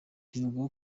bivugwa